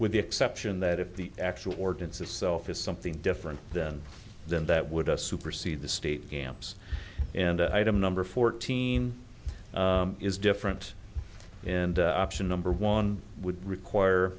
with the exception that if the actual ordinance itself is something different then then that would have supersede the state dams and item number fourteen is different and option number one would require